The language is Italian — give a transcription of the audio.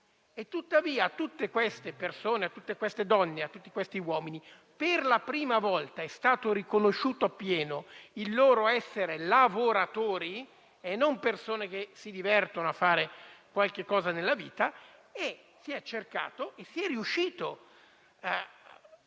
E tuttavia a tutte queste persone, a tutte queste donne e a tutti questi uomini per la prima volta è stato riconosciuto appieno il loro essere lavoratori e non persone che si divertono a fare qualche cosa nella vita. Si è cercato e si è riuscito non